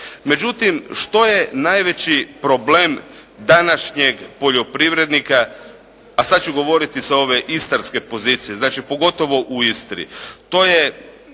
Međutim, što je najveći problem današnjeg poljoprivrednika, a sad ću govoriti sa ove istarske pozicije, znači pogotovo u Istri. To je,